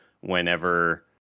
whenever